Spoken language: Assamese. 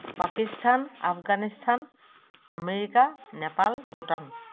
পাকিস্তান আফগানিস্তান আমেৰিকা নেপাল ভূটান